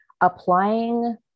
applying